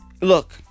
Look